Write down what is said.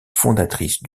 fondatrice